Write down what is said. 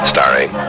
Starring